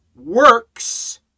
works